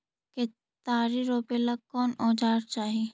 केतारी रोपेला कौन औजर चाही?